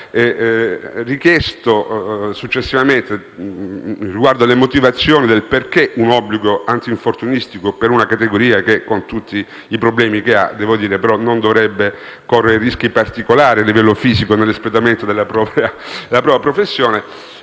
richiesto successivamente riguardo alle motivazioni della previsione di un obbligo antinfortunistico per una categoria che, pur con tutti i problemi che ha, non dovrebbe correre rischi particolari a livello fisico nell'espletamento della propria professione,